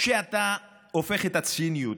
כשאתה הופך את הציניות,